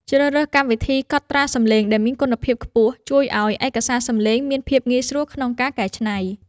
ជ្រើសរើសកម្មវិធីកត់ត្រាសំឡេងដែលមានគុណភាពខ្ពស់ជួយឱ្យឯកសារសំឡេងមានភាពងាយស្រួលក្នុងការកែច្នៃ។